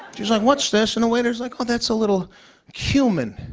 she's like, what's this? and the waiter's like, ah that's a little cumin.